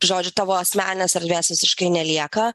žodžiu tavo asmeninės erdvės visiškai nelieka